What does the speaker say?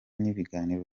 n’ibiganiro